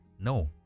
no